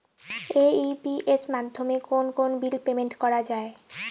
AEPS মাধ্যমে কোন কোন বিল পেমেন্ট করা যায়?